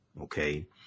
okay